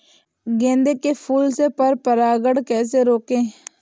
गेंदे के फूल से पर परागण कैसे रोकें?